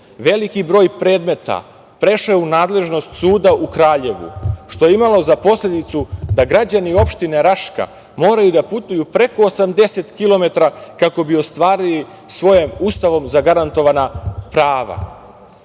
Veliki broj predmeta prešao je u nadležnost suda u Kraljevu, što je imalo za posledicu da građani opštine Raška moraju da putuju preko 80 kilometara kako bi ostvarili svoje Ustavom zagarantovana prava. Da